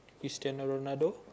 Cristiano-Ronaldo